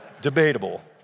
debatable